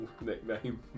nickname